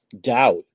doubt